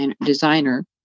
designer